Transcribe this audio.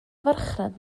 farchnad